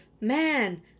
man